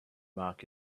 mark